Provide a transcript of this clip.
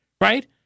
right